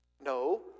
No